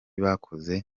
bakoze